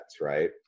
Right